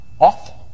awful